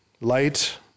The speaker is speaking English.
light